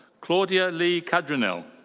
claudia leigh cadranel.